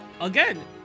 again